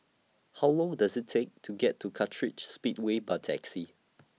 How Long Does IT Take to get to Kartright Speedway By Taxi